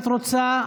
את רוצה?